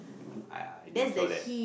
I I didn't saw that